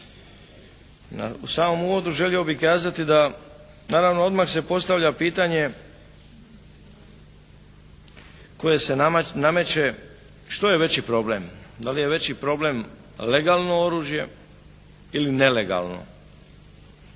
U samom uvodu želio bih kazati da naravno odmah se postavlja pitanje koje se nameće što je veći problem? Da li je veći problem legalno oružje ili nelegalno?